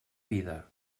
vida